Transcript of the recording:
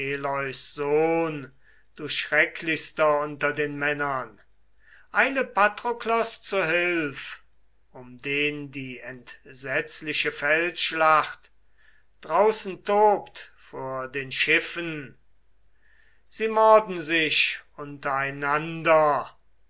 du schrecklichster unter den männern eile patroklos zu hilf um den die entsetzliche feldschlacht draußen tobt vor den schiffen sie morden sich